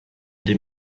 die